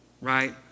Right